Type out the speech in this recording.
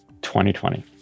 2020